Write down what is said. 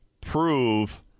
prove